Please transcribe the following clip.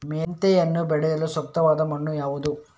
ಮೆಂತೆಯನ್ನು ಬೆಳೆಯಲು ಸೂಕ್ತವಾದ ಮಣ್ಣು ಯಾವುದು?